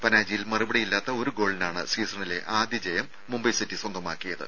പനാജിയിൽ മറുപടിയില്ലാത്ത ഒരു ഗോളിനാണ് സീസണിലെ ആദ്യ ജയം മുംബൈ സിറ്റി സ്വന്തമാക്കിയത്